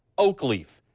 oak leaf.